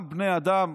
גם לבני אדם,